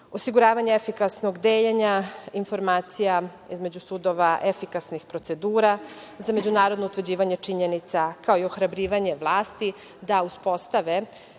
osiguravanje efikasnog deljenja informacija između sudova, efikasnih procedura za međunarodno utvrđivanje činjenica, kao i ohrabrivanje vlasti da uspostave